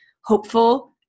hopeful